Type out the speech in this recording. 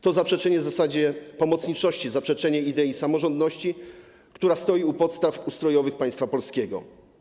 To zaprzeczenie zasady pomocniczości, zaprzeczenie idei samorządności, która stoi u podstaw ustrojowych państwa polskiego.